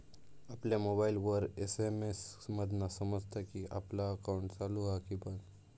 आपल्या मोबाईलवर एस.एम.एस मधना समजता कि आपला अकाउंट चालू हा कि बंद